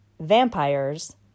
vampires